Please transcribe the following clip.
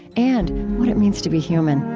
and what it means to be human.